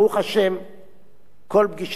כל פגישותי עם הנשיאה בייניש